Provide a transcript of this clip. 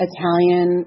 Italian